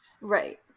right